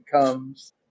comes